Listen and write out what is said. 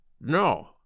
No